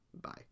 bye